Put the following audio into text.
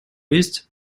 есть